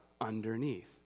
underneath